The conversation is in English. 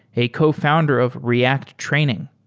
a co-founder of react training.